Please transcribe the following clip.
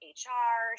hr